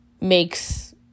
makes